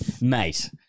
Mate